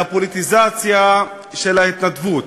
לפוליטיזציה של ההתנדבות.